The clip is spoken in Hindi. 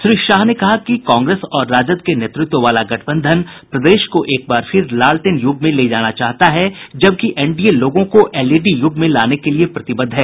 श्री शाह ने कहा कि कांग्रेस और राजद के नेतृत्व वाला गठबंधन प्रदेश को एक बार फिर लालटेन यूग में ले जाना चाहता है जबकि एनडीए लोगों को एलईडी यूग में लाने के लिये प्रतिबद्ध है